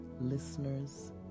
listeners